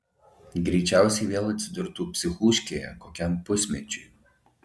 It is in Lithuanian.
greičiausiai vėl atsidurtų psichūškėje kokiam pusmečiui